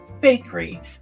bakery